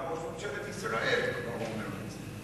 גם ראש ממשלת ישראל כבר אומר את זה.